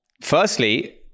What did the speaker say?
firstly